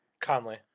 Conley